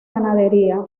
ganadería